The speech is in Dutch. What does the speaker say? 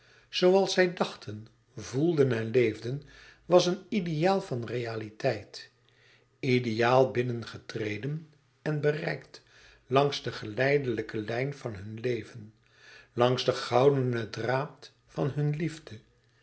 zooals zij dachten voelden en leefden was een ideaal van realiteit ideaal binnengetreden en bereikt langs de geleidelijke lijn van hun leven langs den goudenen draad van hun liefde